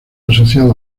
asociado